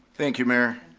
thank you mayor.